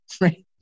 right